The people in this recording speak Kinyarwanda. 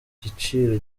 giciro